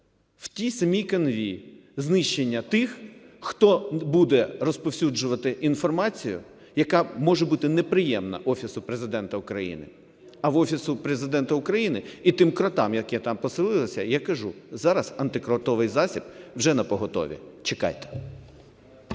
в тій самій канві знищення тих, хто буде розповсюджувати інформацію, яка може бути неприємна Офісу Президента України. А Офісу Президента України і тим кротам, які там поселилися, я кажу: зараз антикротовий засіб вже напоготові, чекайте.